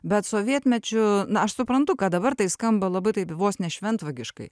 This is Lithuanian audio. bet sovietmečiu na aš suprantu kad dabar tai skamba labai taip vos ne šventvagiškai